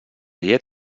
llet